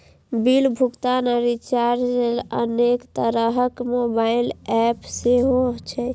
bill भुगतान आ recharge लेल अनेक तरहक मोबाइल एप सेहो छै